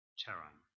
Cheran